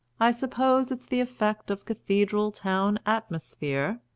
i suppose it's the effect of cathedral-town atmosphere,